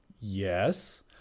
Yes